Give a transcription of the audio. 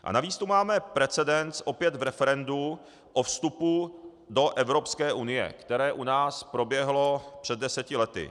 A navíc tu máme precedens, opět v referendu, o vstupu do Evropské unie, které u nás proběhlo před deseti lety.